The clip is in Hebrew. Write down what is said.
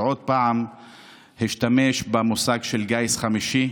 ועוד פעם השתמש במושג גיס חמישי.